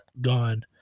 gone